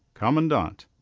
commandant,